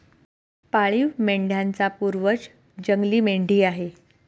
पाळीव मेंढ्यांचा पूर्वज जंगली मेंढी आहे